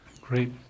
Great